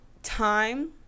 Time